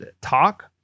talk